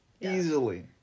Easily